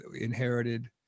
inherited